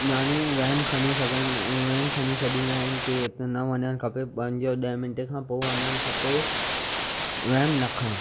माण्हू वहम खणी वहम खणी छॾींदा आहिनि के हिता न वञनि खपे पंज ॾह मिंट खां पोइ वञणु खपे वहम न खणु